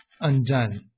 undone